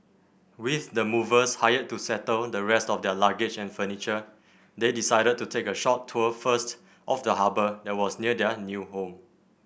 with the movers hired to settle the rest of their luggage and furniture they decided to take a short tour first of the harbour that was near their new home